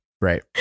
right